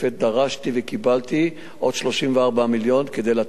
דרשתי וקיבלתי עוד 34 מיליון כדי לתת מענה,